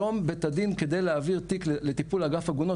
היום בית הדין כדי להעביר תיק לטיפול אגף עגונות,